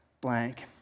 blank